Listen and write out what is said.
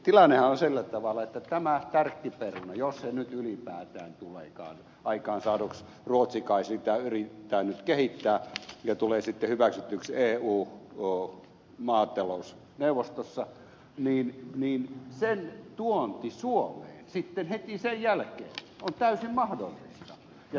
tilannehan on sillä tavalla että tämän tärkkiperunan jos se nyt ylipäätään tuleekaan aikaansaaduksi ruotsi kai sitä yrittää nyt kehittää ja sitten hyväksytyksi eu maatalousneuvostosssa tuonti suomeen sitten heti sen jälkeen on täysin mahdollista